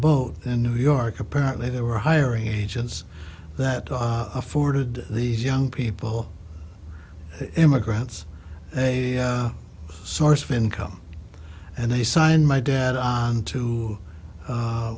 boat in new york apparently there were hiring agents that afforded these young people immigrants a source of income and they signed my dad on to